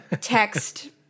text